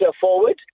forward